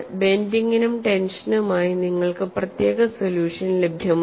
ബെൻഡിങിനും ടെൻഷനുമായി നിങ്ങൾക്ക് പ്രത്യേകമായി സൊല്യൂഷൻ ലഭ്യമാണ്